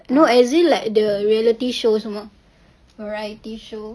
no as in like the reality show semua variety show